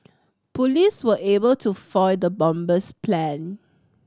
police were able to foil the bomber's plan